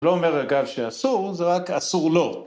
‫לא אומר, אגב, שאסור, ‫זה רק אסור לו.